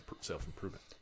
self-improvement